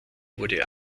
wurde